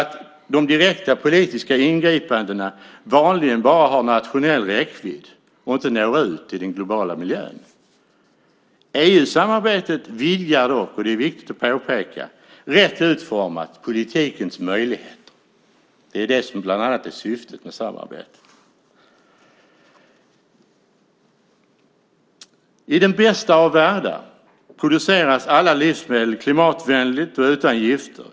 De direkta politiska ingripandena har vanligen bara nationell räckvidd utan att nå ut till den globala miljön. EU-samarbetet vidgar, och det är viktigt att påpeka, rätt utformat politikens möjligheter. Det är det som bland annat är syftet med samarbetet. I den bästa av världar produceras alla livsmedel klimatvänligt och utan gifter.